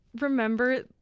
remember